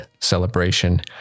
celebration